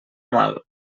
mal